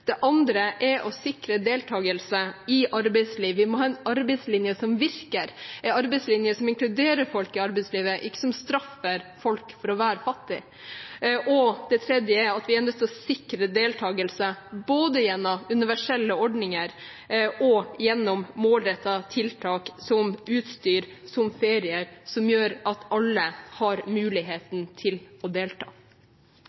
Det andre er å sikre deltakelse i arbeidslivet. Vi må ha en arbeidslinje som virker – en arbeidslinje som inkluderer folk i arbeidslivet, som ikke straffer folk for å være fattige. Og det tredje – vi er nødt til, både gjennom universelle ordninger og gjennom målrettede tiltak som støtte til utstyr og ferie, å sikre at alle har mulighet til å delta.